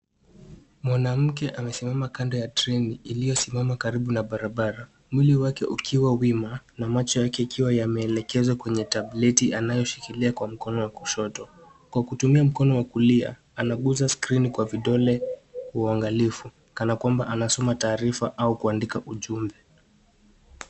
Mwanamke amesimama kando ya treni iliyosimama karibu na barabara. Mwili wake ukiwa wema na macho yake yakiwa yameelekezwa kwenye tableti anayoshikilia kwa mkono wa kushoto. Kwa kutumia mkono wa kulia anaguza skrini kwa vidole kwa uangalifu kana kwamba anasoma taarifa au kuandika ujumbe.